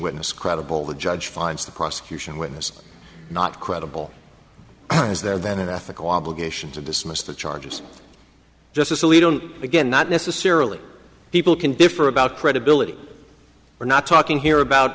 witness credible the judge finds the prosecution witness not credible is there then an ethical obligation to dismiss the charges just as a leader again not necessarily people can differ about credibility we're not talking here about